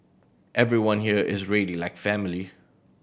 everyone here is really like family